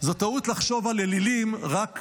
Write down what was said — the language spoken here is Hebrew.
זו טעות לחשוב על אלילים רק כפסלים,